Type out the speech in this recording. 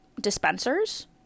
dispensers